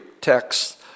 text